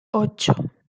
ocho